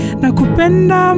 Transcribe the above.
nakupenda